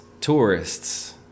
tourists